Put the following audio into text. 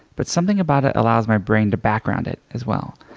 but something about it allows my brain to background it, as well.